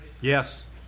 Yes